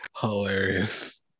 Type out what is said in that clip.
Hilarious